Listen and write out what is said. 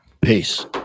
Peace